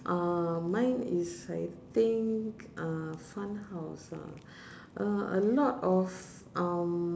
uh mine is I think uh fun house ah uh a lot of um